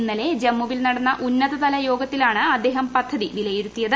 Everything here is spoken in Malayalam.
ഇന്നലെ ജമ്മുവിൽ നടന്ന ഉന്നതതല യോഗത്തിലാണ് അദ്ദേഹം പദ്ധതി വിലയിരുത്തിയത്